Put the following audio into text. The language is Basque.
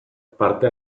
parte